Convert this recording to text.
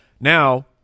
Now